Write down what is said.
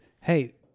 Hey